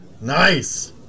nice